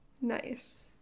Nice